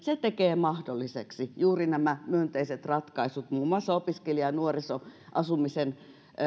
tekee mahdolliseksi juuri nämä myönteiset ratkaisut muun muassa opiskelija ja nuorisoasumisen